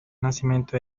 nacimiento